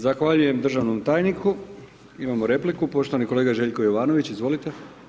Zahvaljujem državnom tajniku, imamo repliku, poštovani kolega Željko Jovanović, izvolite.